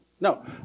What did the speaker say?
No